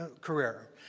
career